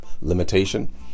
limitation